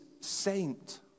saint